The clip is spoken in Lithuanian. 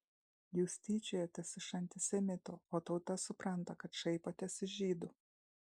jūs tyčiojatės iš antisemitų o tauta supranta kad šaipotės iš žydų